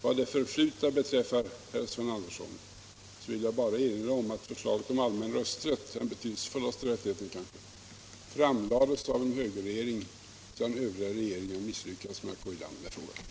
Vad det förflutna beträffar, herr Sven Andersson, vill jag bara erinra om att förslaget om allmän rösträtt — den kanske betydelsefullaste rättigheten — framlades av en högerregering sedan den tidigare regeringen misslyckats med att gå i land med frågan.